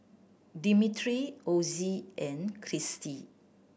Dimitri Ozzie and Cristy